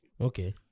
Okay